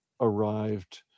arrived